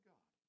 God